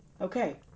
Okay